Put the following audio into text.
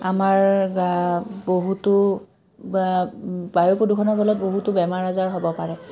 আমাৰ গা বহুতো বা বায়ু প্ৰদূষণৰ ফলত বহুতো বেমাৰ আজাৰ হ'ব পাৰে